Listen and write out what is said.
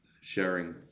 sharing